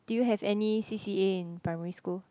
did you have any C_C_A in primary school